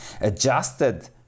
adjusted